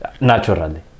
Naturally